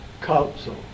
council